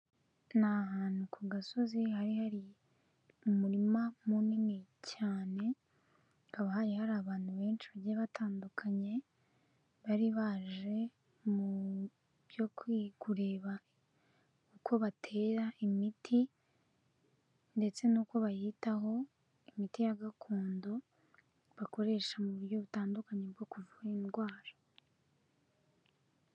Ni ahantu ku gasozi hari hari umurima munini cyane, hakaba hari hari abantu benshi bagiye batandukanye bari baje mu byo i kureba uko batera imiti ndetse n'uko bayitaho, imiti ya gakondo bakoresha mu buryo butandukanye bwo kuvura indwara.